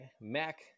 Mac